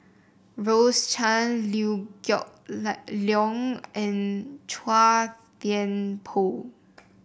Rose Chan Liew Geok Leong and Chua Thian Poh